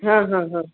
हाँ हाँ हाँ